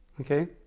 okay